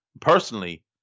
Personally